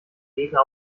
gegner